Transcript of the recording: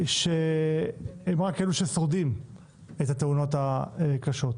שהם רק אלו ששורדים את התאונות הקשות.